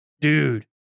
dude